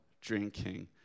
drinking